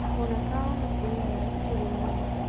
on account of the air, to remove,